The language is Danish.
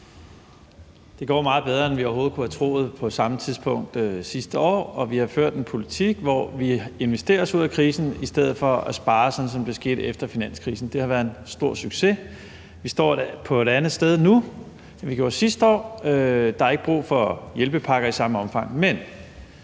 Det går meget bedre, end vi overhovedet kunne have troet på samme tidspunkt sidste år. Vi har ført en politik, hvor vi har investeret os ud af krisen i stedet for at spare, sådan som det skete efter finanskrisen. Det har været en stor succes, og vi står et andet sted nu, end vi gjorde sidste år. Der er ikke brug for hjælpepakker i samme omfang,